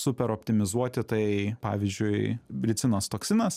superoptimizuoti tai pavyzdžiui ricinos toksinas